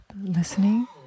listening